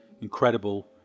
incredible